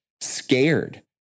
scared